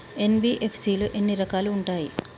NBFC లో ఎన్ని రకాలు ఉంటాయి?